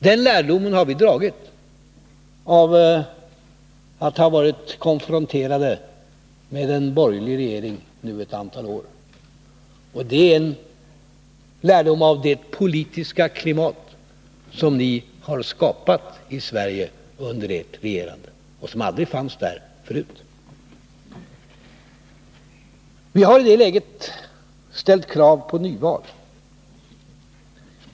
Den lärdomen har vi dragit efter att nu i ett antal år ha blivit konfronterade med en borgerlig regering. Det är en lärdom av det politiska klimat som ni har skapat i Sverige under ert regerande och som aldrig fanns här förut. Vi har i det läget ställt krav på nyval.